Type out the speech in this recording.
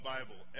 Bible